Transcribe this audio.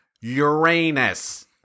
Uranus